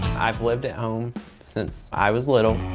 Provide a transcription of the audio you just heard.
i've lived at home since i was little.